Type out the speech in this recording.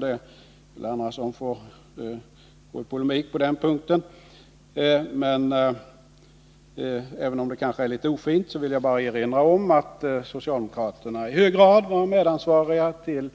Det får bli någon annan som går i polemik med honom på den punkten. Även om det kanske är litet ofint vill jag erinra om att socialdemokraterna i hög grad var medansvariga för